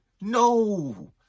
No